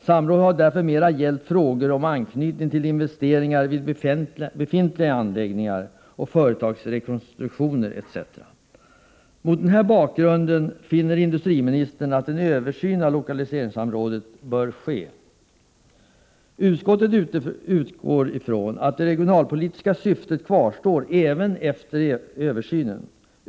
Samrådet har därför mera gällt frågor med anknytning till investeringar vid befintliga anläggningar, företagsrekonstruktioner etc. Mot den här bakgrunden finner industriministern att en översyn av lokaliseringssamrådet bör ske. Utskottet utgår ifrån att det regionalpolitiska syftet kvarstår även efter översynen.